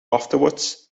afterwards